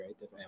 right